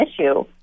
issue